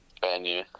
venue